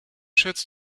schätzt